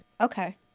Okay